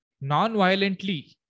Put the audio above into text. non-violently